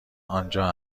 آنجا